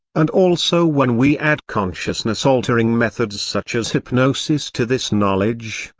and also when we add consciousness-altering methods such as hypnosis to this knowledge,